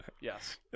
Yes